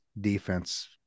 defense